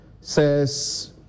says